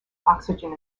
oxygen